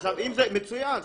מצוין.